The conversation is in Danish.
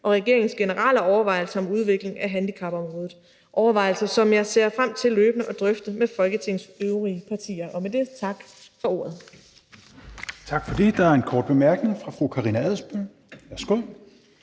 og regeringens generelle overvejelser om udvikling af handicapområdet – overvejelser, som jeg ser frem til løbende at drøfte med Folketingets øvrige partier. Med det vil jeg sige tak for ordet. Kl. 20:38 Tredje næstformand (Rasmus